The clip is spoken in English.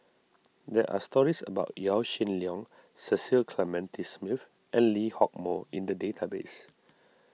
there are stories about Yaw Shin Leong Cecil Clementi Smith and Lee Hock Moh in the database